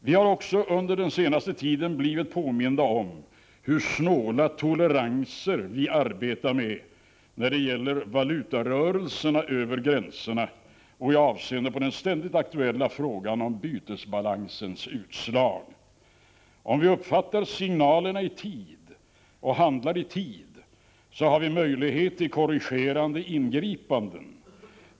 Vi har under den senaste tiden också blivit påminda om hur snåla toleranser vi arbetar med när det gäller valutarörelserna över gränserna och i avseende på den ständigt aktuella frågan om bytesbalansens utslag. Om vi uppfattar signalerna i tid och handlar i tid, har vi möjligheter till korrigerande ingripanden.